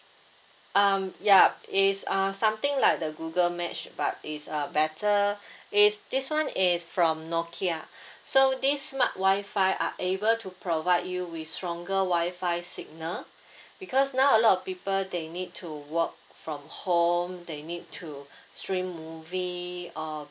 um ya is uh something like the Google mesh but is a better is this one is from nokia so this smart Wi-Fi are able to provide you with stronger Wi-Fi signal because now a lot of people they need to work from home they need to stream movie uh